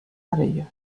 areia